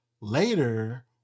later